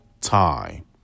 time